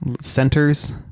centers